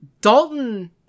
Dalton